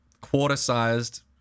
quarter-sized